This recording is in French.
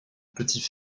petits